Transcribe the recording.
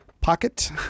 pocket